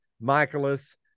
Michaelis